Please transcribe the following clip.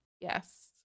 Yes